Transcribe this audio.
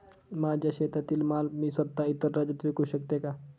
माझ्या शेतातील माल मी स्वत: इतर राज्यात विकू शकते का?